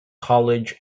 college